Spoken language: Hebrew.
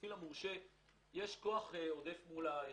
שלמפעיל המורשה יש כוח עודף מול היצרן.